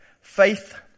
faith